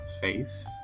faith